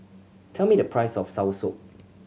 tell me the price of soursop